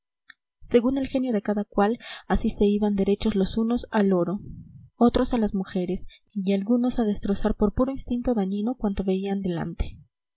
según el genio de cada cual así se iban derechos los unos al oro otros a las mujeres y algunos a destrozar por puro instinto dañino cuanto veían delante